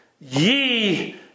ye